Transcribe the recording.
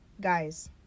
Guys